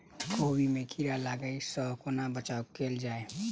कोबी मे कीड़ा लागै सअ कोना बचाऊ कैल जाएँ?